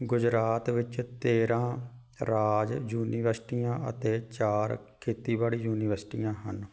ਗੁਜਰਾਤ ਵਿੱਚ ਤੇਰ੍ਹਾਂ ਰਾਜ ਯੂਨੀਵਰਸਿਟੀਆਂ ਅਤੇ ਚਾਰ ਖੇਤੀਬਾੜੀ ਯੂਨੀਵਰਸਿਟੀਆਂ ਹਨ